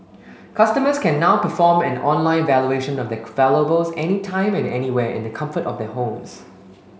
customers can now perform an online valuation of their valuables any time and anywhere in the comfort of their homes